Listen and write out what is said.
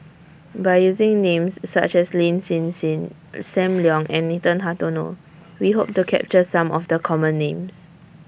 By using Names such as Lin Hsin Hsin SAM Leong and Nathan Hartono We Hope to capture Some of The Common Names